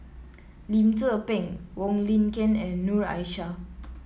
Lim Tze Peng Wong Lin Ken and Noor Aishah